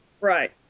Right